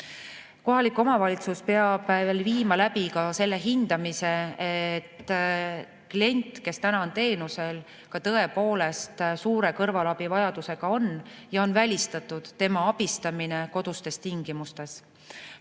Kohalik omavalitsus peab läbi viima ka selle hindamise, kas klient, kes täna on teenusel, on tõepoolest suure kõrvalabivajadusega ja on välistatud tema abistamine kodustes tingimustes.